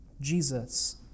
Jesus